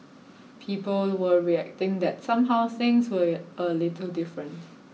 people were reacting that somehow things were a little different